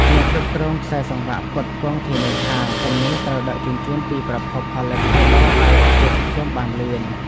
អ្នកគ្រប់គ្រងខ្សែសង្វាក់ផ្គត់ផ្គង់ធានាថា ទំនិញត្រូវដឹកជញ្ជូនពីប្រភពផលិតទៅដល់ដៃអតិថិជនបានលឿន។